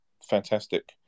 fantastic